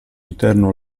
interno